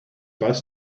bus